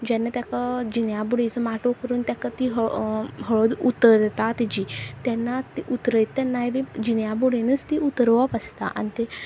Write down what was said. जेन्ना तेका जिन्या बडयेचो माटोव करून ताका ती हळद उतरता तेजी तेन्ना ती उतरयता तेन्नाय बी जिन्या बडनूच ती उतरोवप आसता आनी तें